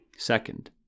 Second